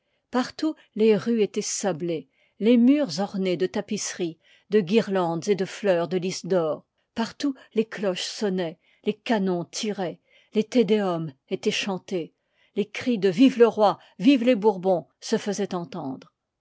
partout les rues ctoient sablées les murs ornés de tapisseries de guirlandes et de fleurs de lis d'or partout les cloches sonnoient les canons tiroient les te deum étoient chantés les cris de vive le roi vivent les bourbons se faisoient entendre